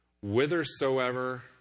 whithersoever